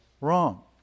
wrong